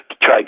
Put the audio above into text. Try